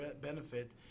benefit